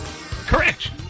correct